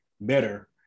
better